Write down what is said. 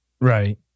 Right